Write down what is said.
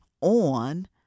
on